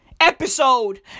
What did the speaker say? Episode